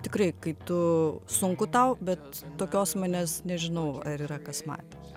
tikrai kai tu sunku tau bet tokios manęs nežinau ar yra kas matę